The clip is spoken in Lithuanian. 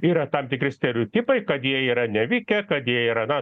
yra tam tikri stereotipai kad jie yra nevykę kad jie yra na